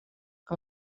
que